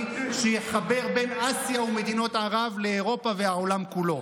שיחבר בין אסיה ומדינות ערב לאירופה והעולם כולו.